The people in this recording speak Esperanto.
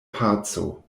paco